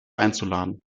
einzuladen